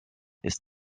ist